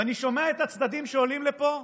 ואני שומע את הצדדים שעולים לפה,